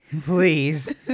please